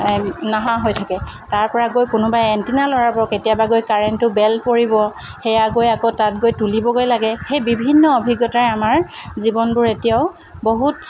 এই নহা হৈ থাকে তাৰপৰা গৈ কোনোবাই এণ্টিনা লৰাব কেতিয়াবা গৈ কাৰেণ্টটো বেল পৰিব সেয়া গৈ আকৌ তাত গৈ তুলিবগৈ লাগে সেই বিভিন্ন অভিজ্ঞতাৰে আমাৰ জীৱনবোৰ এতিয়াও বহুত